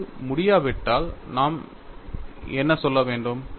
அது முடியாவிட்டால் நாம் என்ன சொல்ல வேண்டும்